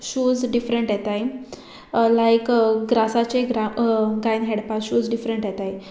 shoes different येताय लायक ग्रासाचे ग्रा गायन हेडपाक शूज डिफरंट येताय